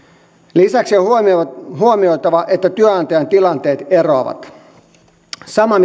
lisäksi on huomioitava että työnantajan tilanteet eroavat samaa